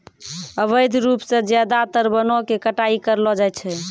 अवैध रूप सॅ ज्यादातर वनों के कटाई करलो जाय छै